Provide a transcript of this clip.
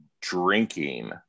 drinking